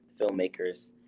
filmmakers